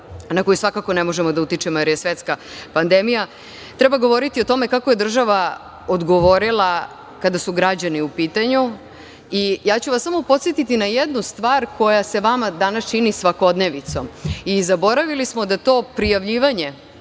na koji svakako ne možemo da utičemo jer je svetska pandemija, treba govoriti o tome kako je država odgovorila kada su građani u pitanju. Samo ću vas podsetiti na jednu stvar koja se vama danas čini svakodnevnicom. Zaboravili smo da to prijavljivanje